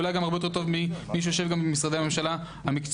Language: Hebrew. אולי הרבה יותר טוב ממי שיושב במשרדי הממשלה המקצועיים,